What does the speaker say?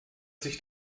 sich